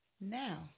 Now